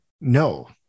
No